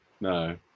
No